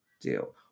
deal